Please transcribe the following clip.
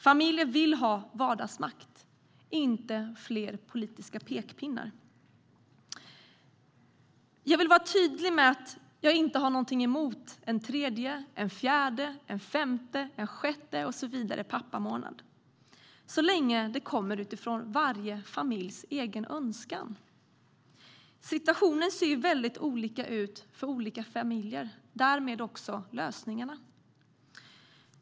Familjer vill ha vardagsmakt, inte fler politiska pekpinnar. Jag vill vara tydlig med att jag inte har något emot en tredje, en fjärde, en femte och en sjätte pappamånad och så vidare så länge det kommer utifrån varje familjs egen önskan. Situationen ser väldigt olika ut för olika familjer och därmed är också lösningarna olika.